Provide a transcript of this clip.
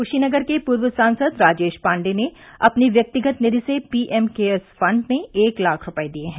कुशीनगर के पूर्व सांसद राजेश पाण्डेय ने अपनी व्यक्तिगत निधि से पीएम केयर्स फंड में एक लाख रूपए दिए हैं